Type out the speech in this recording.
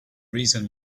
reason